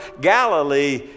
Galilee